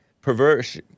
perverse